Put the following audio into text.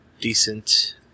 decent